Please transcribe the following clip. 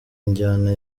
injyana